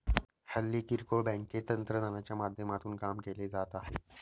हल्ली किरकोळ बँकेत तंत्रज्ञानाच्या माध्यमातून काम केले जात आहे